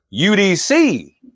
UDC